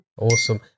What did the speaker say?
Awesome